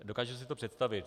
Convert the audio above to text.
Dokážu si to představit.